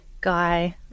Guy